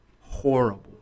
horrible